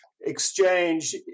exchange